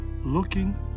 looking